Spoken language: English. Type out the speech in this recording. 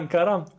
Karam